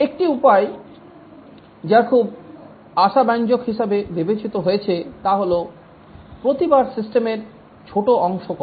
একটি উপায় যা খুব আশাব্যঞ্জক হিসেবে বিবেচিত হয়েছে তা হল প্রতিবার সিস্টেমের ছোট অংশ করা